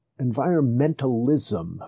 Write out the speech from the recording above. environmentalism